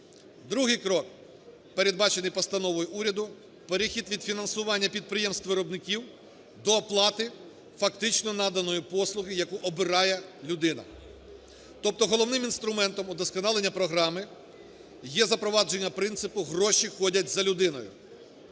Другий крок, передбачений постановою уряду, - перехід від фінансування підприємств-виробників до оплати фактично наданої послуги, яку обирає людина. Тобто головним інструментом удосконалення програми є запровадження принципу "Гроші ходять за людиною".